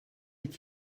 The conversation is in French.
est